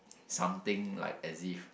something like as if